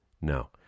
No